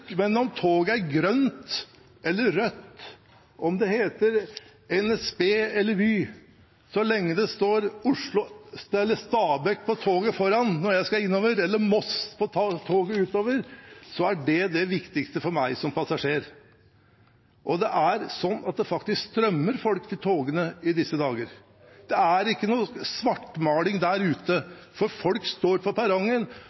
Men om toget er grønt eller rødt, om det heter NSB eller Vy: Så lenge det står Stabekk foran på toget når jeg skal innover, eller Moss på toget utover, er det det viktigste for meg som passasjer. Det strømmer faktisk folk til togene i disse dager. Det er ikke noen svartmaling der